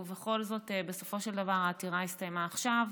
ובכל זאת בסופו של דבר העתירה הסתיימה עכשיו,